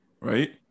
right